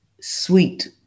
sweet